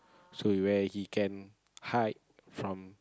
so you where he can hide from